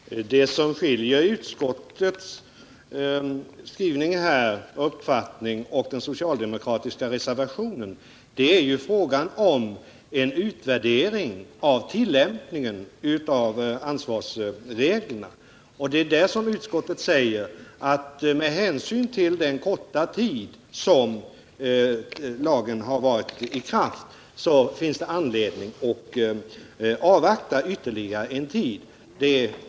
Herr talman! Det som skiljer utskottsmajoritetens skrivning från den socialdemokratiska reservationen är kravet på en utvärdering av tillämpningen av ansvarsreglerna. Det är där utskottsmajoriteten säger att det med hänsyn till den korta tid lagen har varit i kraft finns anledning att avvakta ytterligare en tid.